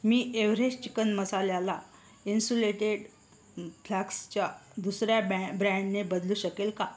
मी Everest chicken मसाल्याला insulated फ्लास्कच्या दुसर्या बॅ ब्रँडने बदलू शकेन का